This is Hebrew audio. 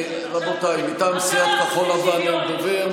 רבותיי, מטעם סיעת כחול לבן אין דובר.